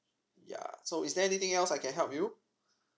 yeah so is there anything else I can help you